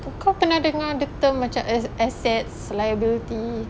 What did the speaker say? kau pernah dengar the term macam as~ assets liability